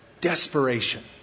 desperation